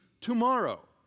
tomorrow